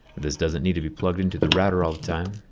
this doesn't need to be plugged into the router all the time.